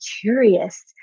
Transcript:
curious